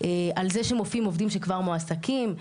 על זה שמופיעים עובדים שכבר מועסקים,